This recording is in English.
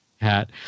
hat